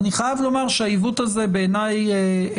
אני חייב לומר שהעיוות הזה בעיני רלוונטי